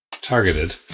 targeted